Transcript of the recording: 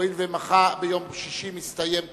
הואיל וביום שישי מסתיים תוקפה: